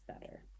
better